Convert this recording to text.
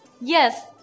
Yes